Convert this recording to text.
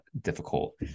difficult